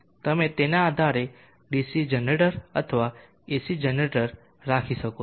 તમે તેના આધારે ડીસી જનરેટર અથવા AC જનરેટર રાખી શકો છો